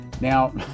Now